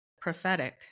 prophetic